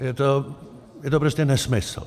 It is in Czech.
Je to prostě nesmysl.